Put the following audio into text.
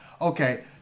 Okay